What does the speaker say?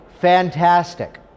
fantastic